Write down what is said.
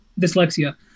dyslexia